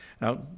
Now